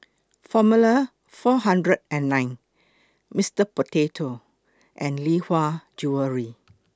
Formula four hundred and nine Mister Potato and Lee Hwa Jewellery